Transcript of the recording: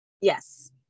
Yes